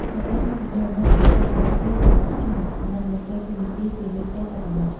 ស្ត្រីមួយចំនួននៅតែត្រូវបានគេរំពឹងថានឹងបំពេញតួនាទីជាមេផ្ទះតែប៉ុណ្ណោះ។